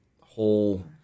whole